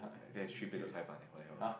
that is three plates of caifan leh what the hell